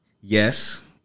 Yes